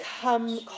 come